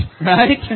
right